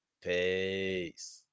Peace